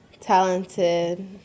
talented